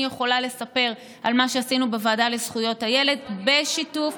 אני יכולה לספר על מה שעשינו בוועדה לזכויות הילד בשיתוף,